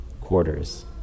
quarters